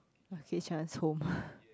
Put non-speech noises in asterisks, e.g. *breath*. Kit-Chan's Home *breath*